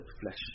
flesh